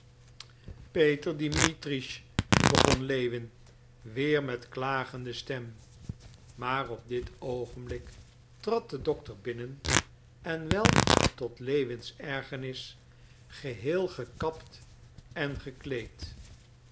peter dimitritsch begon lewin weer met klagende stem maar op dit oogenblik trad de dokter binnen en wel tot lewins ergernis geheel gekapt en gekleed